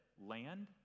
Land